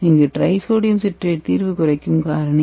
இங்கு trisodium citrate தீர்வு குறைக்கும் காரணி